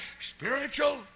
Spiritual